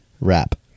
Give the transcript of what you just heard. wrap